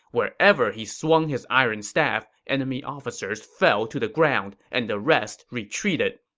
wherever he swung his iron staff, enemy officers fell to the ground, and the rest retreated.